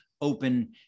open